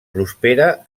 prospera